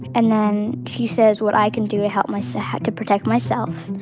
and then she says what i can do to help myself, to protect myself.